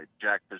Jack